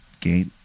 gate